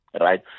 right